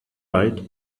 ride